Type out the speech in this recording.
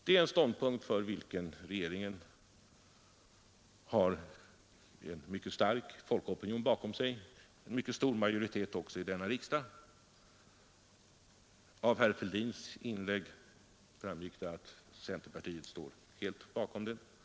Det är ståndpunkter för vilka regeringen har en mycket stark folkopinion bakom sig och även en Nr 48 mycket stor majoritet i denna riksdag. Av herr Fälldins inlägg framgick Onsdagen den det att centerpartiet står helt bakom dessa ståndpunkter.